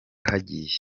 hagiye